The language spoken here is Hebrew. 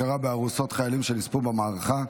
הכרה בארוסות חיילים שנספו במערכה),